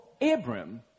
Abram